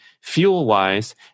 fuel-wise